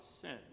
sin